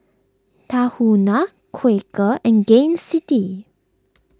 Tahuna Quaker and Gain City